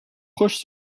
proches